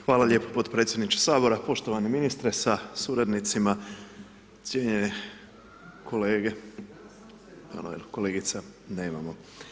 Hvala lijepo potpredsjedniče Sabora, poštovani ministre sa suradnicima, cijenjene kolege jer kolegica nemamo.